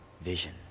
vision